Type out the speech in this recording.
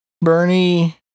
Bernie